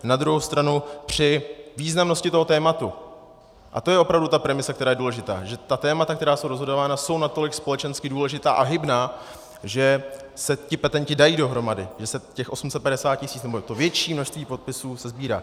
Na druhou stranu při významnosti toho tématu, a to je opravdu ta premisa, která je důležitá, že ta témata, která jsou rozhodována, jsou natolik společensky důležitá a hybná, že se ti petenti dají dohromady, že se těch 850 tisíc nebo to větší množství podpisů sesbírá.